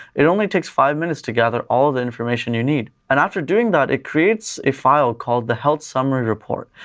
it only takes five minutes to gather all the information you need. and after doing that, it creates a file called the health summary report,